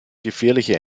gefährliche